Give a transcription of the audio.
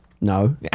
No